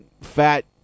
fat